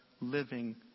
living